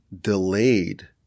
delayed